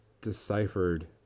deciphered